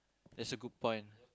that's a good point